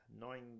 nine